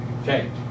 Okay